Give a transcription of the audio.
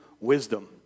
wisdom